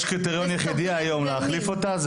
יש קריטריון יחיד היום להחליף אותה,